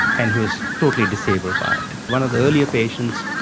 and he was totally disabled by it. one of the earlier patients,